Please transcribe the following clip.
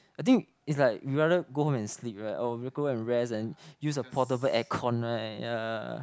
I think it's like we rather go home and sleep right or go back and rest and use a portable aircon right ya